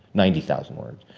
ninety thousand words.